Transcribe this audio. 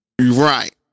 Right